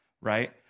right